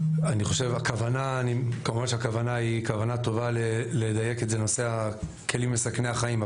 שאני חושב שהכוונה היא כוונה טובה לדייק את הנושא של הכלים מסכני החיים,